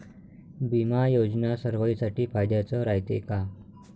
बिमा योजना सर्वाईसाठी फायद्याचं रायते का?